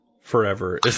forever